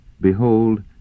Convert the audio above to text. Behold